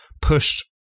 pushed